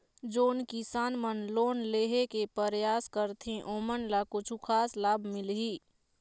जोन किसान मन लोन लेहे के परयास करथें ओमन ला कछु खास लाभ मिलही?